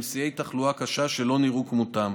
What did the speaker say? עם שיאי תחלואה קשה שלא נראו כמותם,